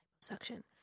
suction